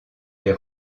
les